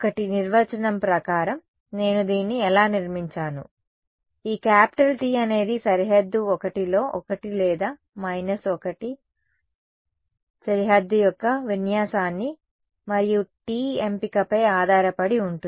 1 నిర్వచనం ప్రకారం నేను దీన్ని ఎలా నిర్మించాను ఈ క్యాపిటల్ T అనేది సరిహద్దు 1లో ఒకటి లేదా మైనస్ 1 సరిహద్దు యొక్క విన్యాసాన్ని మరియు t ఎంపికపై ఆధారపడి ఉంటుంది